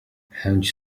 chęć